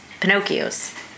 Pinocchios